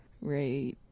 right